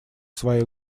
свои